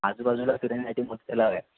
आजूबाजूला फिरण्यासाठी मोतीतलाव आहे